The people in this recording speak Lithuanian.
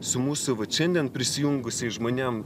su mūsų vat šiandien prisijungusiais žmonėm